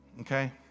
okay